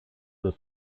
the